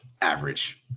average